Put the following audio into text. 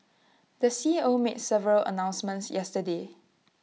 the C E O made several announcements yesterday